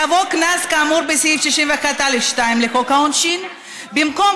יבוא 'קנס כאמור בסעיף 61(א)(2) לחוק העונשין'; (3) במקום